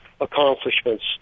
accomplishments